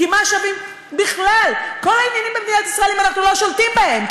כי מה שווים בכלל כל העניינים במדינת ישראל אם אנחנו לא שולטים בהם?